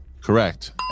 Correct